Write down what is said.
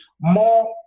more